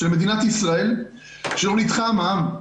של מדינת ישראל היא שלא נדחה המע"מ.